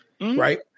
Right